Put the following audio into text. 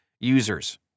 users